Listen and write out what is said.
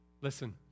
Listen